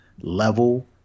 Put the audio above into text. level